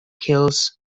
kills